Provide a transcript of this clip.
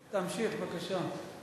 תמשיך, בבקשה.